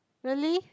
really